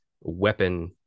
weapon